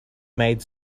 made